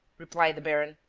replied the baron.